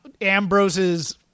Ambrose's